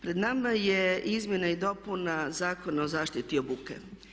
Pred nama je izmjena i dopuna Zakona o zaštiti od buke.